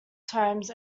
times